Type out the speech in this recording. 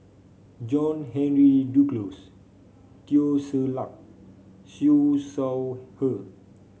John Henry Duclos Teo Ser Luck Siew Shaw Her